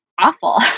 awful